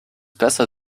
besser